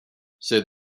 said